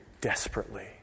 desperately